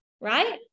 right